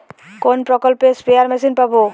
কোন প্রকল্পে spare machine পাব?